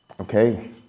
Okay